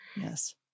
Yes